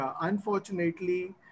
unfortunately